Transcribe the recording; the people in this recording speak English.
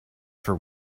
for